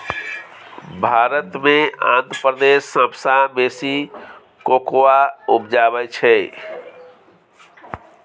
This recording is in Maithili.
भारत मे आंध्र प्रदेश सबसँ बेसी कोकोआ उपजाबै छै